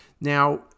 Now